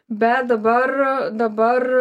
bet dabar dabar